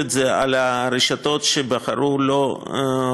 את זה על הרשתות שבחרו לא להיכנס.